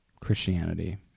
Christianity